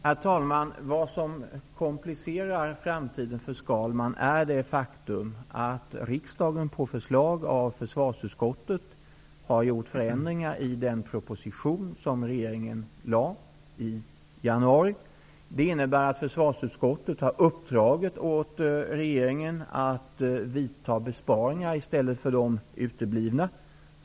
Herr talman! Vad som komplicerar framtiden för Skalman är det faktum att riksdagen på förslag av försvarsutskottet har gjort förändringar i den proposition som regeringen lade fram i januari. Det innebär att försvarsutskottet har uppdragit åt regeringen att vidta besparingar i stället för de som uteblivit.